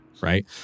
right